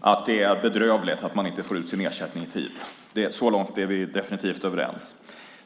att det är bedrövligt att man inte får ut sin ersättning i tid. Så långt är vi definitivt överens.